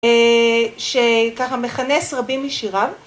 ‫שככה מכנס רבים משיריו.